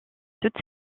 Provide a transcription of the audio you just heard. toute